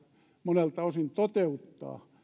monelta osin toteuttaa